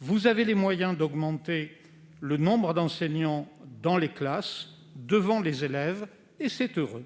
vous avez les moyens d'augmenter le nombre d'enseignants dans les classes, devant les élèves, et c'est heureux